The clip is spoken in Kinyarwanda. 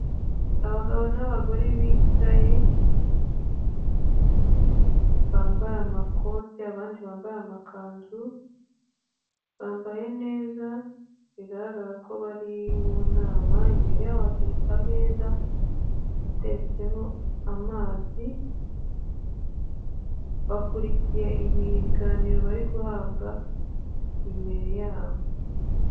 Abagabo n'abagore bicaye bambaye amakote abandi bambaye amakanzu bambaye neza bigaragara ko bari mu nama, imbere yaho hateretse ameza ateretseho amazi bakurikiye ibiganiro bari guhabwa imbere yabo.